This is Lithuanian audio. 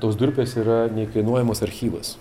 tos durpės yra neįkainuojamas archyvas